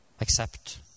accept